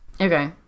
Okay